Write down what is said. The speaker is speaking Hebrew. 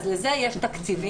אז לזה יש תקציבים,